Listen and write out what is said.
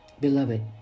Beloved